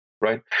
right